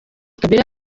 kabila